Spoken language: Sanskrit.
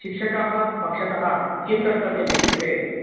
शिक्षकस्य पक्षतः किं कर्तव्यमित्युक्ते